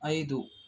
ಐದು